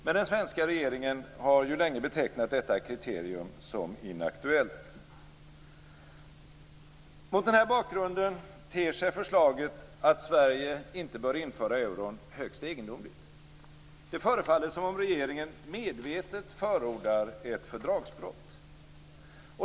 Men den svenska regeringen har länge betecknat detta kriterium som inaktuellt. Mot den bakgrunden ter sig förslaget att Sverige inte bör införa euron högst egendomligt. Det förefaller som om regeringen medvetet förordar ett fördragsbrott.